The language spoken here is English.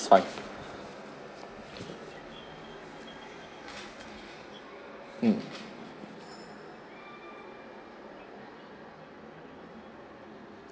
is fine mm